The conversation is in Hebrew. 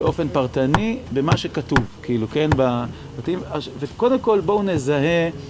באופן פרטני, במה שכתוב, כאילו כן ב... וקודם כל, בואו נזהה...